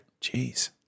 Jeez